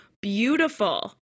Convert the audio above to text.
beautiful